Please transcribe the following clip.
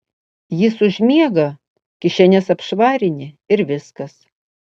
jis užmiega kišenes apšvarini ir viskas